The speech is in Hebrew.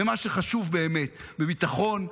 במה שחשוב באמת: בביטחון,